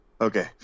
okay